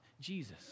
jesus